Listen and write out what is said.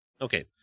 Okay